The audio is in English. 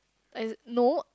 as no